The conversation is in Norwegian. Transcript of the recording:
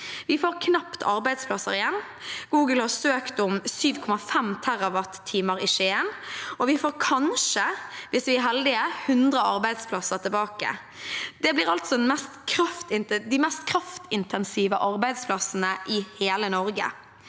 Vi får knapt arbeidsplasser igjen. Google har søkt om 7,5 TWh i Skien, og vi får kanskje, hvis vi er heldige, 100 arbeidsplasser tilbake. Det blir altså de mest kraftintensive arbeidsplassene i hele Norge.